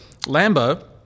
Lambo